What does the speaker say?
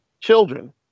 children